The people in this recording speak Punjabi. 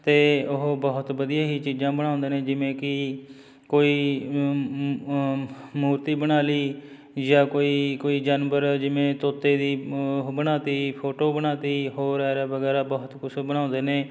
ਅਤੇ ਉਹ ਬਹੁਤ ਵਧੀਆ ਹੀ ਚੀਜ਼ਾਂ ਬਣਾਉਂਦੇ ਨੇ ਜਿਵੇਂ ਕਿ ਕੋਈ ਮੂਰਤੀ ਬਣਾ ਲਈ ਜਾਂ ਕੋਈ ਕੋਈ ਜਾਨਵਰ ਜਿਵੇਂ ਤੋਤੇ ਦੀ ਉਹ ਬਣਾ ਤੀ ਫੋਟੋ ਬਣਾ ਤੀ ਹੋਰ ਐਰਾ ਵਗੈਰਾ ਬਹੁਤ ਕੁਛ ਬਣਾਉਂਦੇ ਨੇ